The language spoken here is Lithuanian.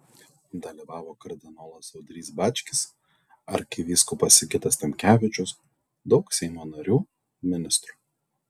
dalyvavo kardinolas audrys bačkis arkivyskupas sigitas tamkevičius daug seimo narių ministrų